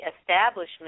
establishment